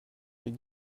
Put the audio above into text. les